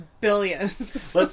billions